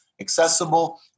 accessible